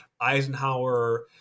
Eisenhower